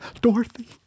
Dorothy